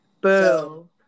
Boo